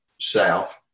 south